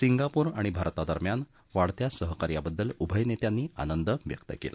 Singapore आणि भारता दरम्यान वाढत्या सहकार्याबद्दल उभय नेत्यांनी आनंद व्यक्त केला